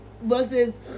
versus